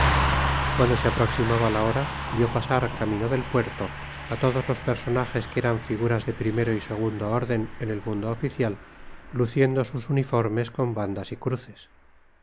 cuando se aproximaba la hora vio pasar camino del puerto a todos los personajes que eran figuras de primero y segundo orden en el mundo oficial luciendo sus uniformes con bandas y cruces